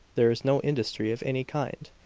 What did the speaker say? there no industry of any kind.